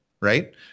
right